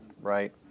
right